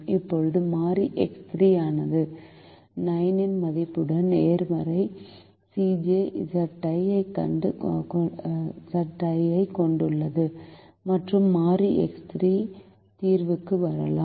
இப்போது மாறி X3 ஆனது 9 இன் மதிப்புடன் நேர்மறை Cj Zj ஐக் கொண்டுள்ளது மற்றும் மாறி X3 தீர்வுக்கு வரலாம்